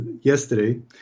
yesterday